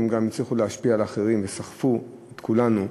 הם גם הצליחו להשפיע על אחרים וסחפו את כולנו,